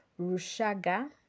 rushaga